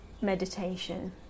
meditation